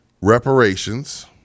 reparations